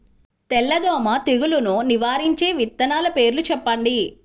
తెల్లదోమ తెగులును నివారించే విత్తనాల పేర్లు చెప్పండి?